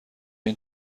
این